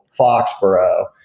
Foxborough